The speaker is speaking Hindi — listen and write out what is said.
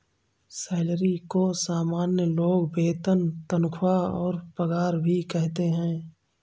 सैलरी को सामान्य लोग वेतन तनख्वाह और पगार भी कहते है